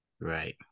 right